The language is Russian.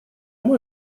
мой